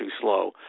slow